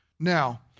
Now